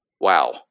Wow